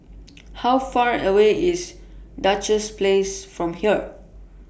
How Far away IS Duchess Place from here